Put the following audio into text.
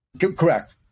Correct